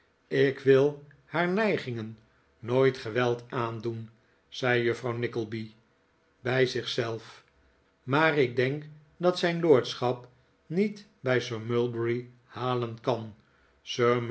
ik wil haar neigingen nooit geweld aandoen zei juffrouw nickleby bij zich zelf maar ik denk dat zijn lordschap niet bij sir mulberry halen kan